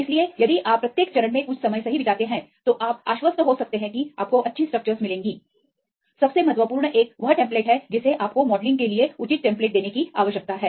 इसलिए यदि आप प्रत्येक चरण में कुछ समय सही बिताते हैं तो आप आश्वस्त हो सकते हैं कि आपको अच्छी स्ट्रक्चरस मिलेंगी सबसे महत्वपूर्ण एक वह टेम्पलेट है जिसे आपको मॉडलिंग के लिए उचित टेम्पलेट देने की आवश्यकता है